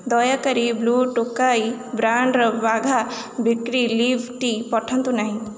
ଦୟାକରି blue Tokai ବ୍ରାଣ୍ଡ୍ର Wagh Bakri leaf tea ପଠାନ୍ତୁ ନାହିଁ